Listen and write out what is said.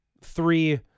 three